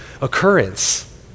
occurrence